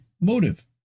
motive